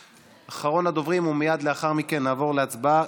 אחרון הדוברים, ומייד לאחר מכן נעבור להצבעה.